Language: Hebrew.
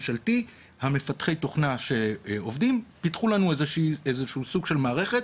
מפתחי התוכנה שעובדים פיתחו לנו סוג של מערכת,